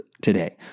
today